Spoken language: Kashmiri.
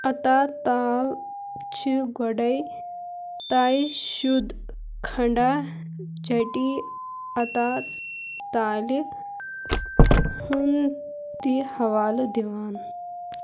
عطا تال چھِ گۄڈَے طَے شُد کھنٛڈا چٔٹی عطا تالہِ ہُنٛد تہِ حوالہٕ دِوان